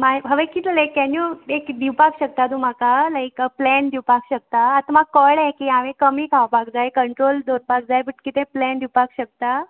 माय हांवें कितें लायक कॅन यू एक दिवपाक शकता तूं म्हाका लायक प्लॅन दिवपाक शकता आत म्हाक कोळें की हांवें कमी खावपाक जाय कंट्रोल दवरपाक जाय बट कितें प्लॅन दिवपाक शकता